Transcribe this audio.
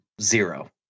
zero